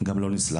גם לא נסלח.